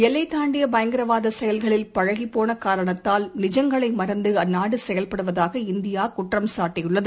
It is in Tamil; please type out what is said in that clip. எல்லைத் தாண்டியபயங்கரவாதசெயல்களில் பழகிப் போனகாரணத்தால் நிஜங்களைமறந்துஅந்நாடுசெயல்படுவதாக இந்தியாகுற்றம் சாட்டியுள்ளது